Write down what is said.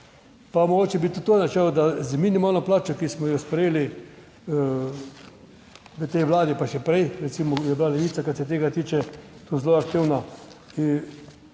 Pa mogoče bi tudi to začel, da z minimalno plačo, ki smo jo sprejeli v tej vladi, pa še prej, recimo, je bila Levica, kar se tega tiče, to zelo aktivna.